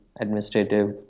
administrative